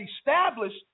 established